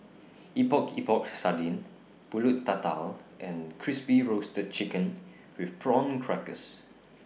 Epok Epok Sardin Pulut Tatal and Crispy Roasted Chicken with Prawn Crackers